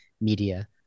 media